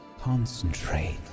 concentrate